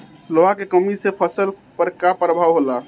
लोहा के कमी से फसल पर का प्रभाव होला?